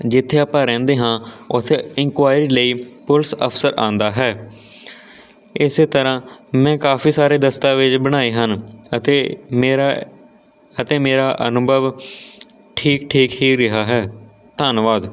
ਜਿੱਥੇ ਆਪਾਂ ਰਹਿੰਦੇ ਹਾਂ ਉੱਥੇ ਇੰਨਕੁਆਇਰੀ ਲਈ ਪੁਲਿਸ ਅਫਸਰ ਆਉਂਦਾ ਹੈ ਇਸ ਤਰ੍ਹਾਂ ਮੈਂ ਕਾਫੀ ਸਾਰੇ ਦਸਤਾਵੇਜ ਬਣਾਏ ਹਨ ਅਤੇ ਮੇਰਾ ਅਤੇ ਮੇਰਾ ਅਨੁਭਵ ਠੀਕ ਠੀਕ ਹੀ ਰਿਹਾ ਹੈ ਧੰਨਵਾਦ